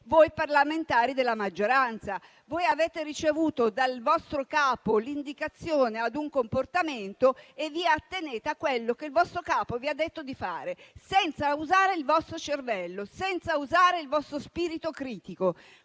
voi parlamentari della maggioranza. Avete ricevuto dal vostro capo l'indicazione di un comportamento e vi attenete a quello che il vostro capo vi ha detto di fare, senza usare il vostro cervello, senza usare il vostro spirito critico.